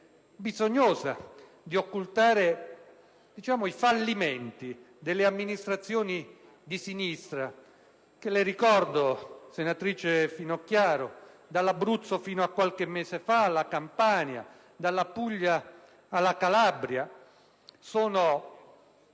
bisognosa di occultare i fallimenti delle amministrazioni di sinistra - che le ricordo, senatrice Finocchiaro, dall'Abruzzo fino a qualche mese fa, alla Campania, alla Puglia, alla Calabria, sono